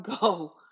go